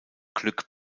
glück